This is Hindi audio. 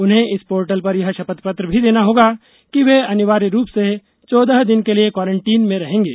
उन्हें इस पोर्टल पर यह शपथ पत्र भी देना होगा कि वे अनिवार्य रूप में चौदह दिन के लिए क्वारंटीन में रहेंगे